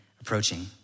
approaching